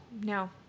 No